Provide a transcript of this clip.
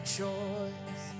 choice